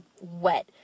wet